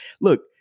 Look